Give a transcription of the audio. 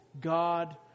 God